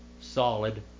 solid